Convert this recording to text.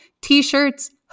t-shirts